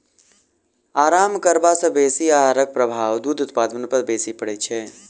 आराम करबा सॅ बेसी आहारक प्रभाव दूध उत्पादन पर बेसी पड़ैत छै